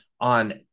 on